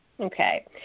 okay